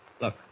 Look